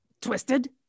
twisted